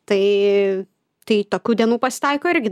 tai tai tokių dienų pasitaiko irgi